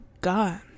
God